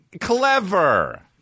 clever